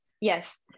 Yes